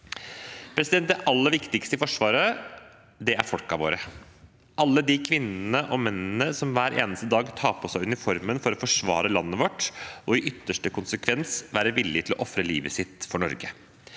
partiene. Det aller viktigste i Forsvaret er folkene våre, alle de kvinnene og mennene som hver eneste dag tar på seg uniformen for å forsvare landet vårt, og som i ytterste konsekvens må være villig til å ofre livet sitt for Norge.